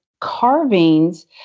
carvings